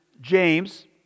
James